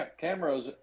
cameras